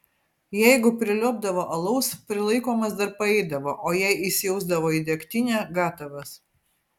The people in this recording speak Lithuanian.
jeigu priliuobdavo alaus prilaikomas dar paeidavo o jei įsijausdavo į degtinę gatavas